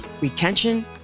retention